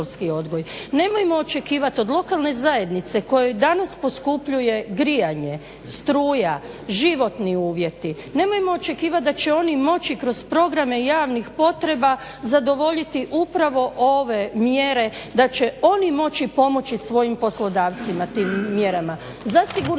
Nemojmo očekivati od lokalne zajednice kojoj danas poskupljuje grijanje, struja, životni uvjeti, nemojmo očekivati da će oni moći kroz programe javnih potreba zadovoljiti upravo ove mjere da će oni moći pomoći svojim poslodavcima tim mjerama.